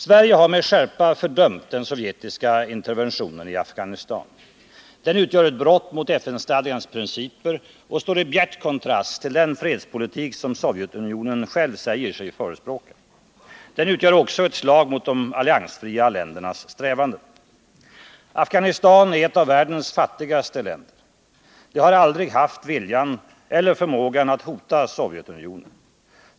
Sverige har med skärpa fördömt den sovjetiska interventionen i Afghanistan. Den utgör ett brott mot FN-stadgans principer och står i bjärt kontrast till den fredspolitik som Sovjetunionen själv säger sig förespråka. Den utgör också ett slag mot de alliansfria ländernas strävanden. Afghanistan är ett av världens fattigaste länder. Det har aldrig haft viljan eller förmågan att hota Sovjetunionen.